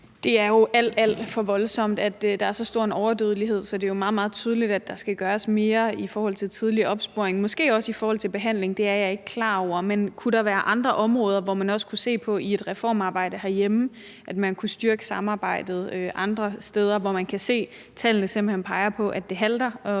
Det er jo alt, alt for voldsomt, at der er så stor en overdødelighed, så det er jo meget, meget tydeligt, at der skal gøres mere i forhold til tidlig opsporing og måske også i forhold til behandling. Det er jeg ikke klar over. Men kunne der være andre områder, hvor man også kunne se på i et reformarbejde herhjemme, at man kunne styrke samarbejdet andre steder, hvor man kan se, at tallene simpelt hen peger på, at det halter,